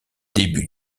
début